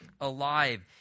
alive